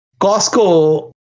Costco